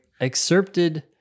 excerpted